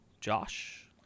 Josh